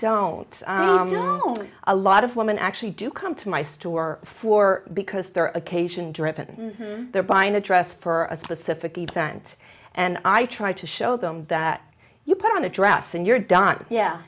don't a lot of women actually do come to my store for because their occasion driven they're buying a dress for a specific event and i try to show them that you put on a dress and you're done yeah